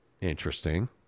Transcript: interesting